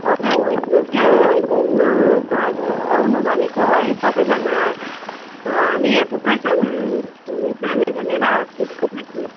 हजुर त्यो घुम्नु त अब आउनु भनेको है सबैजना हामी यहाँ थुप्रै छौँ घुम्नु जाने भनेर त्यसको लागि